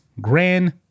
Grand